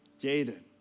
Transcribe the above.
Jaden